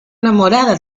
enamorada